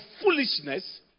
foolishness